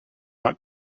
not